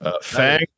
Fang